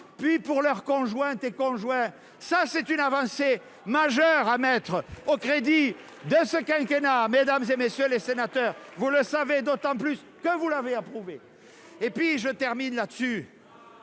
puis pour leurs conjointes et conjoints, ça c'est une avancée majeure à mettre au crédit de ce quinquennat mesdames et messieurs les sénateurs, vous le savez, d'autant plus que vous l'avez approuvé et puis je termine là- dessus